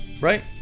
Right